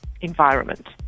environment